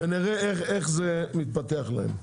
נראה איך זה מתפתח להם.